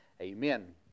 Amen